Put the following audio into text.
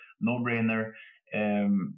no-brainer